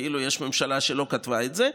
כאילו יש ממשלה שלא כתבה את זה,